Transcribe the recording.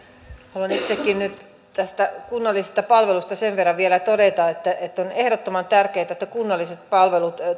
haluan itsekin nyt näistä kunnallisista palveluista vielä sen verran todeta että että on ehdottoman tärkeätä että kunnalliset palvelut